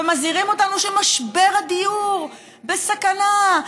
ומזהירים אותנו שהדיור בסכנה,